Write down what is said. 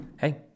Hey